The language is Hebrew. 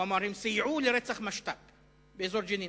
הוא אמר: הם סייעו לרצח משת"פ באזור ג'נין.